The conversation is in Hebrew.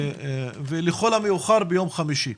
ולכל המאוחר ביום חמישי.